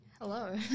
Hello